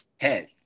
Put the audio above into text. head